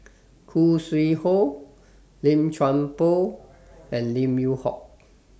Khoo Sui Hoe Lim Chuan Poh and Lim Yew Hock